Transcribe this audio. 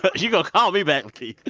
but you going to call me back, lakeith.